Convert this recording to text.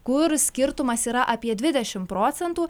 kur skirtumas yra apie dvidešimt procentų